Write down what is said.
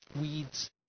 weeds